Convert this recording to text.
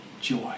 joy